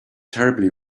terribly